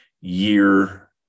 year